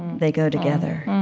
they go together